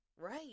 right